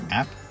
App